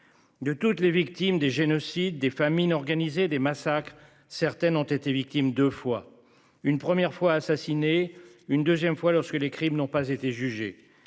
De toutes les victimes des génocides, des famines organisées des massacres, certaines ont été victimes de fois une première fois. Une deuxième fois lorsque les crimes n'ont pas été jugés